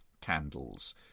candles